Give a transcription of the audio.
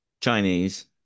Chinese